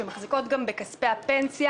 שמחזיקות גם בכספי הפנסיה.